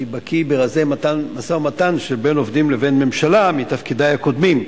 אני בקי ברזי משא-ומתן שבין עובדים לבין ממשלה מתפקידי הקודמים.